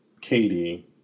Katie